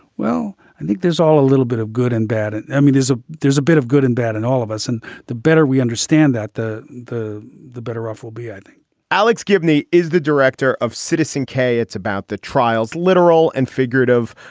well, i think there's all a little bit of good and bad. i mean there's a there's a bit of good and bad in all of us. and the better we understand that the the the better off we'll be, i think alex gibney is the director of citizen k. it's about the trials, literal and figurative,